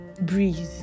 Breathe